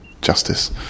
justice